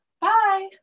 Bye